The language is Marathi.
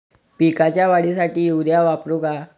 पिकाच्या वाढीसाठी युरिया वापरू का?